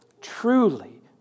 Truly